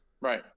right